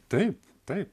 taip taip